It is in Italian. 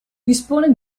dispone